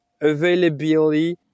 availability